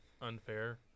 unfair